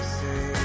say